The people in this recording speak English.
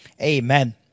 Amen